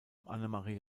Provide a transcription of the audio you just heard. annemarie